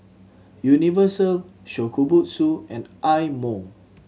Universal Shokubutsu and Eye Mo